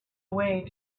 way